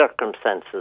circumstances